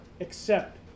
accept